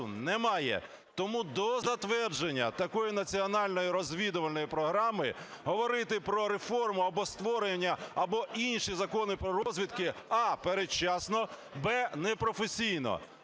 немає, тому до затвердження такої Національної розвідувальної програми говорити про реформу або створення, або інші закони по розвідці: а) передчасно, б) непрофесійно.